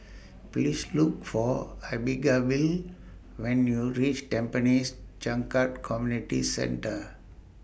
Please Look For Abigayle when YOU REACH Tampines Changkat Community Centre